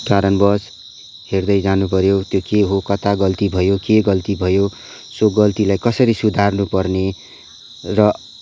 कारणबस हेर्दै जानुपऱ्यो त्यो के हो कता गल्ती भयो के गल्ती भयो सो गल्तीलाई कसरी सुधार्नुपर्ने र